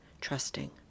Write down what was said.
trusting